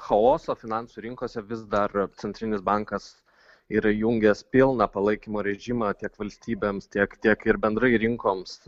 chaoso finansų rinkose vis dar centrinis bankas yra įjungęs pilną palaikymo režimą tiek valstybėms tiek tiek ir bendrai rinkoms